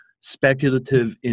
speculative